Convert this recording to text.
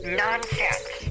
nonsense